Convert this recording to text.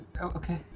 Okay